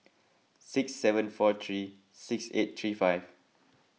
six seven four three six eight three five